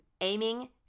aiming